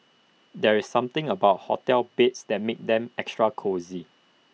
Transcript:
there is something about hotel beds that makes them extra cosy